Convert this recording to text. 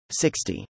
60